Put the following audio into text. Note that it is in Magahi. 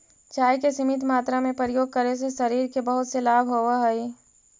चाय के सीमित मात्रा में प्रयोग करे से शरीर के बहुत से लाभ होवऽ हइ